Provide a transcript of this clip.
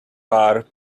are